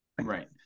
Right